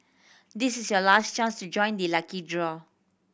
this is your last chance to join the lucky draw